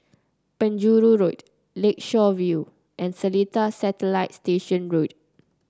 Penjuru Road Lakeshore View and Seletar Satellite Station Road